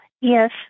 Yes